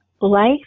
life